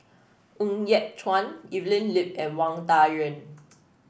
Ng Yat Chuan Evelyn Lip and Wang Dayuan